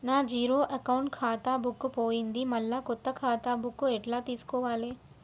నా zero account ఖాతా book పోయింది మళ్ళా కొత్త ఖాతా బుక్కు ఎట్ల తీసుకోవాలే?